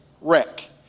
wreck